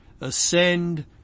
ascend